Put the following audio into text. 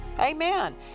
Amen